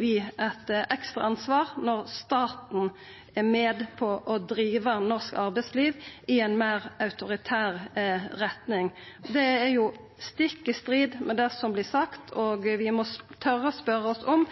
vi eit ekstra ansvar når staten er med på å driva norsk arbeidsliv i ei meir autoritær retning – stikk i strid med det som vert sagt. Vi må tora å spørja oss om